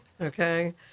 okay